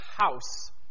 house